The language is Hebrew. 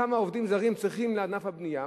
כמה עובדים זרים צריכים לענף הבנייה.